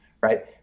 right